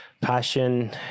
passion